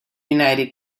united